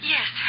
Yes